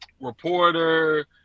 reporter